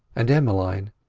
and emmeline,